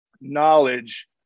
knowledge